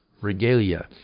regalia